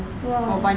!wah!